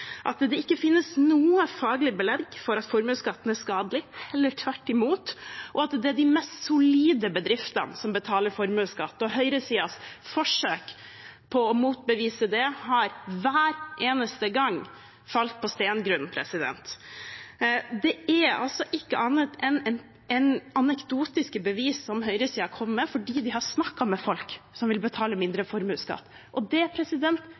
at det ikke finnes noe faglig belegg for at formuesskatten er skadelig, heller tvert imot, og at det er de mest solide bedriftene som betaler formuesskatt. Høyresidens forsøk på å motbevise det har hver eneste gang falt på stengrunn. Det er altså ikke annet enn anekdotiske bevis som høyresiden kommer med, fordi de har snakket med folk som vil betale mindre formuesskatt. Det